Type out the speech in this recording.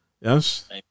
Yes